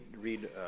read